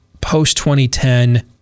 Post-2010